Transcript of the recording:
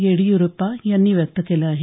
येडियुरप्पा यांनी व्यक्त केलं आहे